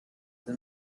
his